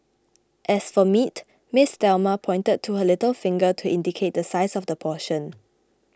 as for meat Ms Thelma pointed to her little finger to indicate the size of the portion